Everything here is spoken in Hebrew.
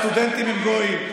סטודנט שלומד תורה הוא לא סטודנט?